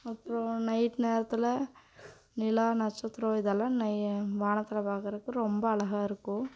அப்புறம் நைட் நேரத்தில் நிலா நட்சத்திரம் இதெல்லாம் நையி வானத்தில் பார்க்கறக்கு ரொம்ப அழகாக இருக்கும்